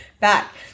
back